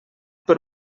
per